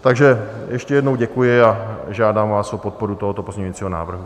Takže ještě jednou děkuji a žádám vás o podporu tohoto pozměňujícího návrhu.